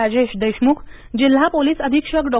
राजेश देशमुख जिल्हा पोलीस अधीक्षक डॉ